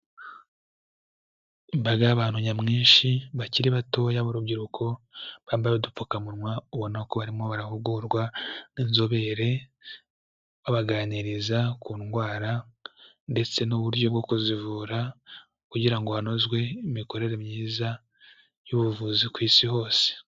Imbaga y'abantu nyamwishi bakiri batoya b'urubyiruko bambaye udupfukamunwa ubona ko barimo barahugurwa n'inzobere, babaganiriza ku ndwara ndetse n'uburyo bwo kuzivura kugira ngo hanozwe imikorere myiza y'ubuvuzi ku isi hose.